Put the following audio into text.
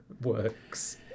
works